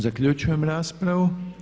Zaključujem raspravu.